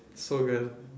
so good